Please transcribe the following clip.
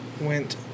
went